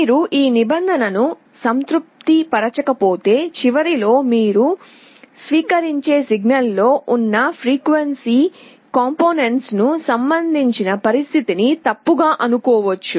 మీరు ఈ నిభందన ను సంతృప్తిపరచకపోతే చివరలో మీరు స్వీకరించే సిగ్నల్లో ఉన్న ఫ్రీక్వెన్సీ కంపోనెంట్స్ కు సంబంధించి పరిస్థితిని తప్పుగా అనుకోవచ్చు